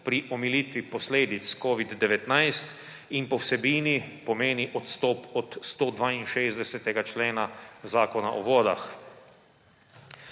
pri omilitvi posledic epidemije COVID-19 in po vsebini pomeni odstop od 162. člena Zakona o vodah.